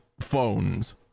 phones